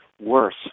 worse